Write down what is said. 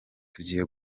tugiye